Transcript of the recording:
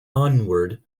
onward